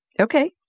Okay